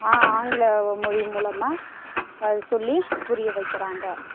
ஆ ஆங்கில மொழி மூலமாக அது சொல்லி புரிய வைக்கிறாங்க